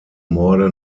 morde